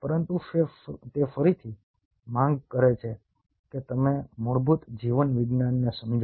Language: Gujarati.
પરંતુ તે ફરીથી માંગ કરે છે કે તમે મૂળભૂત જીવવિજ્ઞાનને સમજો